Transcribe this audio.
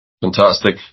fantastic